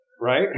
Right